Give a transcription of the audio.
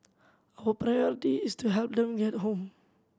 our priority is to help them get home